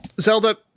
Zelda